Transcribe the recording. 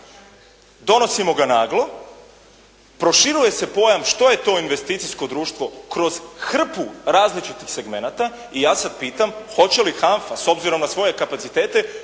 donosimo ga naglo, proširuje se pojam što je to investicijsko društvo kroz hrpu različitih segmenata i ja se pitam hoće li HANFA s obzirom na svoje kapacitete,